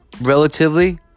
relatively